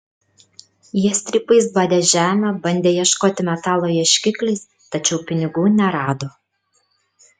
jie strypais badė žemę bandė ieškoti metalo ieškikliais tačiau pinigų nerado